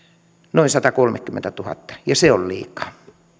noin satakolmekymmentätuhatta ja se on liikaa